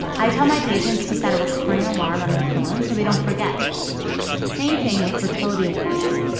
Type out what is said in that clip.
i tell my patients to set a recurring alarm on their phone so they don't forget same thing with fertility awareness,